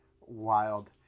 Wild